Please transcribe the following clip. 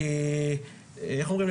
כי איך אומרים,